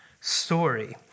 story